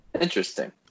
Interesting